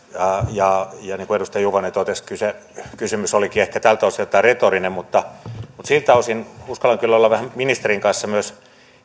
niin kuin edustaja juvonen totesi kysymys olikin ehkä tältä osin retorinen mutta mutta siltä osin uskallan olla vähän ministerin kanssa myös